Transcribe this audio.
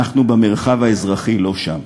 אנחנו במרחב האזרחי לא שם.